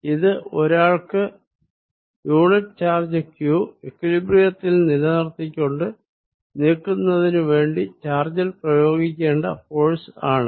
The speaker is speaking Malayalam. ഇത് ഒരാൾക്ക് യൂണിറ്റ് ചാർജ് ക്യൂ ഇക്വിലിബ്രിയത്തിൽ നിലനിർത്തിക്കൊണ്ട് നീക്കുന്നതിന് വേണ്ടി ചാർജിൽ പ്രയോഗിക്കേണ്ട ഫോഴ്സ് ആണ്